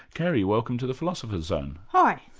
kerry, welcome to the philosopher's zone. hi.